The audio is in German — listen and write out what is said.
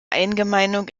eingemeindung